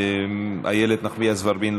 איילת נחמיאס ורבין,